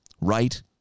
right